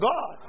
God